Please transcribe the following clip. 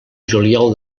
juliol